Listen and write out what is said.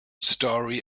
story